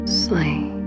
sleep